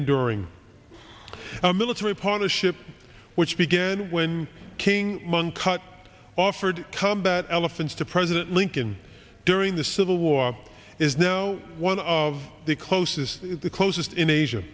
enduring a military partnership which began when king monk cut offered combat elephants to president lincoln during the civil war is now one of the closest the closest in asia